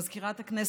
מזכירת הכנסת,